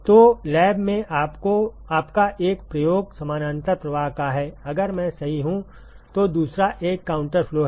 तो लैब में आपका एक प्रयोग समानांतर प्रवाह का है अगर मैं सही हूं तो दूसरा एक काउंटर फ्लो है